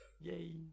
Yay